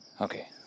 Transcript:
Okay